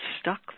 stuck